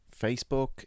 Facebook